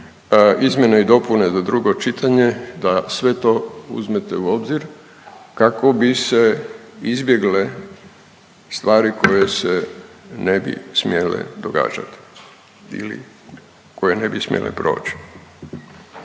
izmjene i dopune do drugo čitanje, da sve to uzmete u obzir, kako bi se izbjegle stvari koje se ne bi smjele događati ili koje ne bi smjele proći.